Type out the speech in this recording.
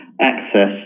access